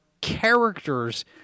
characters